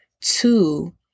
Two